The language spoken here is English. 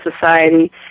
society